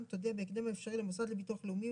תודיע בהקדם האפשרי למוסד לביטוח לאומי,